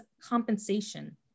compensation